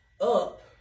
up